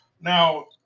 now